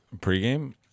Pre-game